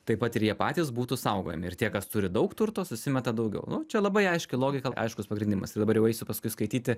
taip pat ir jie patys būtų saugojami ir tie kas turi daug turto susimeta daugiau nu čia labai aiški logika aiškus pagrindimas ir dabar jau eisiu paskui skaityti